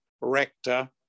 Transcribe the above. rector